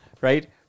Right